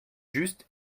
juste